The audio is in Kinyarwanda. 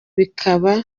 bikaba